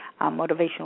motivational